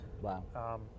Wow